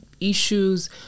issues